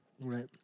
Right